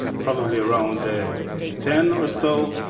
probably around and ten or so,